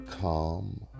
calm